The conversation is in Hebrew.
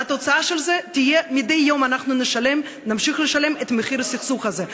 והתוצאה של זה תהיה שמדי יום נמשיך לשלם את מחיר הסכסוך הזה.